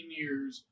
years